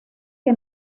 que